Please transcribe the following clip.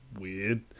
weird